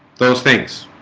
those things